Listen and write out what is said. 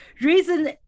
reason